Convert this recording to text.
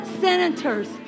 senators